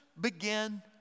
begin